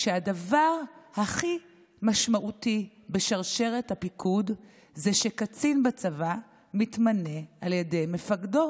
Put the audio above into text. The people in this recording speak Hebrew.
הדבר הכי משמעותי בשרשרת הפיקוד זה שקצין בצבא מתמנה על ידי מפקדו